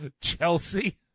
Chelsea